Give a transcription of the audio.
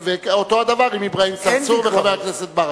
אותו הדבר אם אברהים צרצור וחבר הכנסת ברכה,